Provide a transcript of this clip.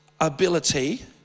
ability